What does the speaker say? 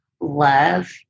love